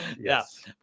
Yes